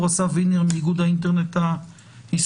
אסף וינר מאיגוד האינטרנט הישראלי.